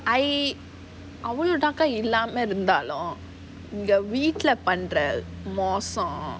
I அவ்ளோ:avlo dark eh இல்லாம இருந்தாலும் இந்த வீட்டுல பண்ற மோசம்:illama irunthaalum intha veetula pandra mosam